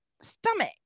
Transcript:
stomach